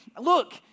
look